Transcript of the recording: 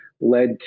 led